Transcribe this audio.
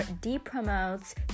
de-promotes